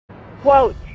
Quote